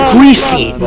Greasy